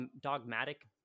dogmatic